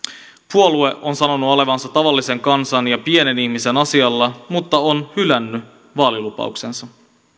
puolue on sanonut olevansa tavallisen kansan ja pienen ihmisen asialla mutta on hylännyt vaalilupauksensa